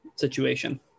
situation